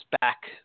back